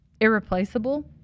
irreplaceable